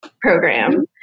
program